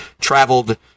traveled